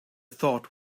thought